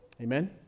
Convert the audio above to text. Amen